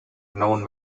known